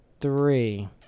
three